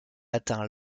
atteint